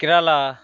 Kerala